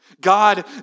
God